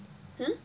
hmm